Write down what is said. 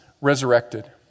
resurrected